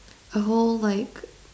a whole like